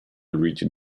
region